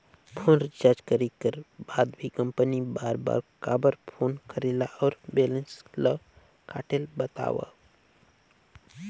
Phone recharge करे कर बाद भी कंपनी बार बार काबर फोन करेला और बैलेंस ल काटेल बतावव?